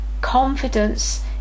Confidence